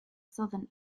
southern